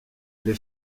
les